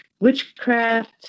witchcraft